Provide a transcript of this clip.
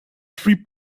three